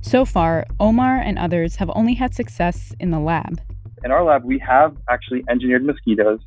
so far, omar and others have only had success in the lab in our lab, we have actually engineered mosquitoes